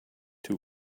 two